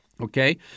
Okay